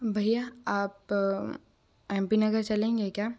भैया आप M P Nagar चलेंगे क्या